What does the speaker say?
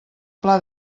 pla